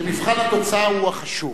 שמבחן התוצאה הוא החשוב.